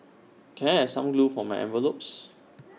can I have some glue for my envelopes